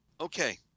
Okay